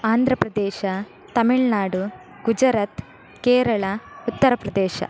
Andhra Pradesh Tamil Nadu Gujarat Kerala Uttar Pradesh